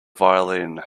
violin